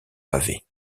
pavée